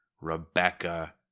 Rebecca